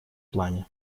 плане